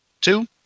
two